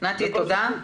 נתי, תודה.